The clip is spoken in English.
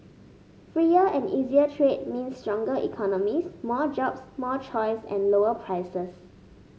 freer and easier trade means stronger economies more jobs more choice and lower prices